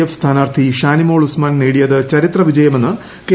F സ്ഥാനാർത്ഥി ഷാനിമോൾ ഉസ്മാൻ നേടിയത് ചരിത്ര വിജയമെന്ന് കെ